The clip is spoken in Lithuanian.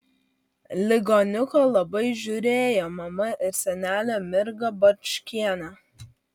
ligoniuką labai žiūrėjo mama ir senelė mirga barčkienė